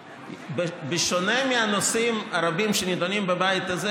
בשונה מהנושאים הרבים שנדונים בבית הזה,